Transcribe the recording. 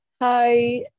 Hi